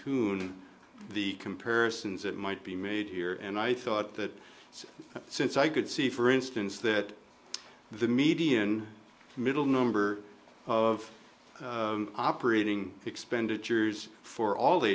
tune the comparisons that might be made here and i thought that since i could see for instance that the median middle number of operating expenditures for all the